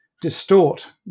distort